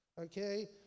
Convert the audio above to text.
okay